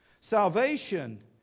Salvation